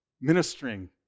ministering